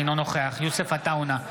אינו נוכח יוסף עטאונה,